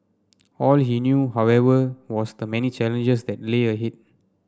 all he knew however was the many challenges that lay ahead